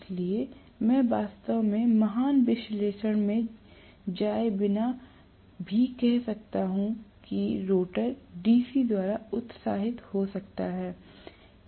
इसलिए मैं वास्तव में महान विश्लेषण में जाए बिना भी कह सकता हूं कि रोटर DC द्वारा उत्साहित हो सकता है